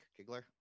Kigler